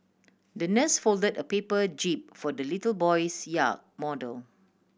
the nurse folded a paper jib for the little boy's yacht model